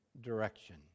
direction